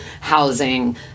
housing